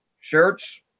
shirts